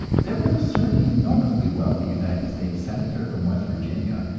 there was a certain enormously wealthy united states senator from west virginia,